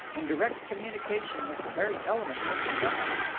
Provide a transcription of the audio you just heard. in direct communication with the very element of the substance,